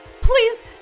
Please